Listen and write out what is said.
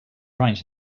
right